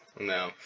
no